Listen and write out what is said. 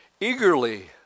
eagerly